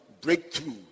breakthrough